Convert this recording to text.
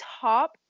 top